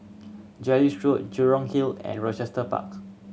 Jellicoe Road Jurong Hill and Rochester Park